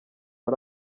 ari